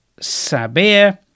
Sabir